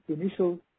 initial